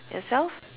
yourself